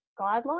guidelines